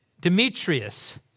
Demetrius